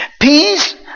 Peace